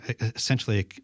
essentially